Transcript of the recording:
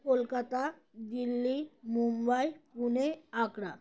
Kolkata Delhi Mumbai Pune Agra